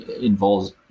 involves